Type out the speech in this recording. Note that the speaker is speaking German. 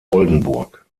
oldenburg